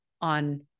on